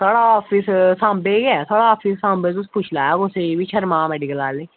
साडा आफिस साम्बे गै ऐ साढ़ा आफिस साम्बे तुस पुच्छी लेऔ कुसेगी शर्मा मैडीकल आहले